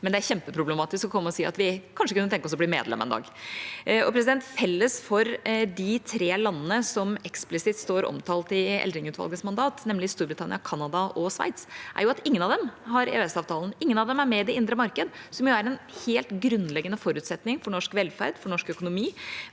mens det er kjempeproblematisk å komme og si at vi kanskje kunne tenke oss å bli medlem en dag. Felles for de tre landene som eksplisitt står omtalt i Eldring-utvalgets mandat, nemlig Storbritannia, Canada og Sveits, er at ingen av dem har en EØS-avtale, og at ingen av dem er med i det indre marked, som jo er en helt grunnleggende forutsetning for norsk velferd, norsk økonomi